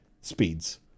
speeds